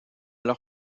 leur